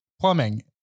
plumbing